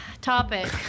Topic